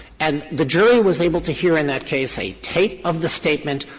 and the jury was able to hear in that case a tape of the statement,